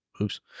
oops